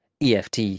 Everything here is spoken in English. eft